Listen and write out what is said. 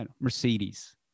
Mercedes